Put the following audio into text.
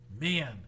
man